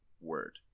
word